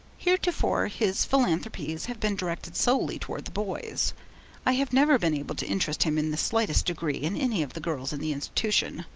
heretofore his philanthropies have been directed solely towards the boys i have never been able to interest him in the slightest degree in any of the girls in the institution,